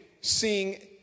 seeing